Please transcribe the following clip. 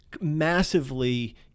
massively